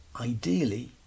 ideally